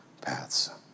paths